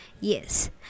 Yes